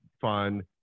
fun